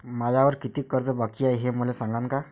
मायावर कितीक कर्ज बाकी हाय, हे मले सांगान का?